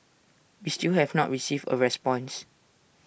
we still have not received A response